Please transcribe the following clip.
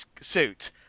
suit